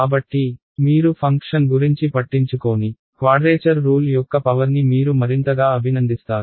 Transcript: కాబట్టి మీరు ఫంక్షన్ గురించి పట్టించుకోని క్వాడ్రేచర్ రూల్ యొక్క పవర్ని మీరు మరింతగా అభినందిస్తారు